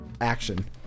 Action